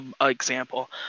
example